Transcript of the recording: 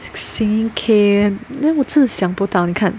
singing K then 我真的想不到你看